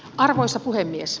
arvoisa puhemies